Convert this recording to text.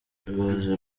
ibaze